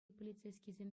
полицейскисем